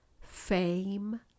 fame